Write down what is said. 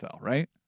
right